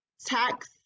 tax